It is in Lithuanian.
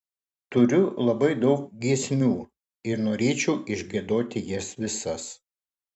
turiu labai daug giesmių ir norėčiau išgiedoti jas visas